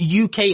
UK